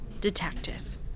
detective